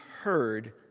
heard